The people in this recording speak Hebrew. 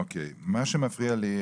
מה שמפריע לי,